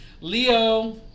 Leo